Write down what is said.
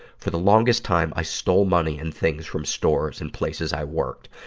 for the longest time, i stole money and things from stores and places i worked.